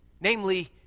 Namely